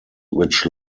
which